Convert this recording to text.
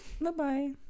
Bye-bye